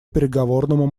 переговорному